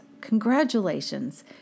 congratulations